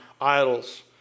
idols